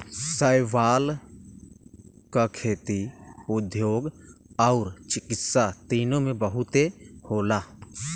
शैवाल क खेती, उद्योग आउर चिकित्सा तीनों में बहुते होला